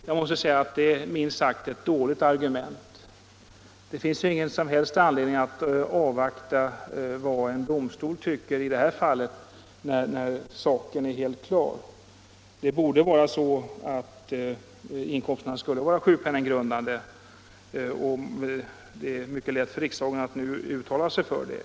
Jag måste säga att det är minst sagt ett dåligt argument. Det finns ingen som helst anledning att avvakta vad en domstol tycker i det här fallet, när saken är alldeles klar. Dessa inkomster borde vara sjukpenninggrundande och det är mycket lätt för riksdagen att nu uttala sig för det.